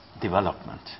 development